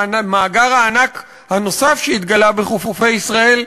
מאגר הענק הנוסף שהתגלה בחופי ישראל,